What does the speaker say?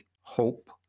hope